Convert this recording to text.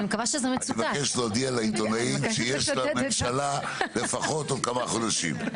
אני מבקש להודיע לעיתונאים שיש לממשלה לפחות עוד כמה חודשים.